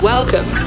Welcome